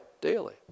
daily